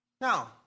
Now